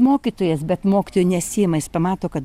mokytojas bet mokytojų nesiima jis pamato kad